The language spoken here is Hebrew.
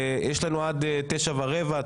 ויש לנו זמן עד תשע ורבע,